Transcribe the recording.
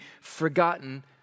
forgotten